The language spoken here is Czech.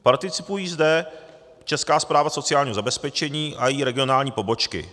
Participují zde Česká správa sociální zabezpečení a její regionální pobočky.